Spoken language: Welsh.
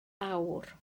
awr